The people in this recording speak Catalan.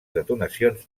detonacions